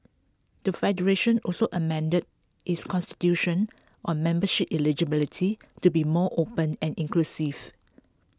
the federation also amended its Constitution on membership eligibility to be more open and inclusive